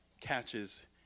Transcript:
catches